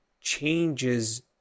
changes